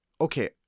okay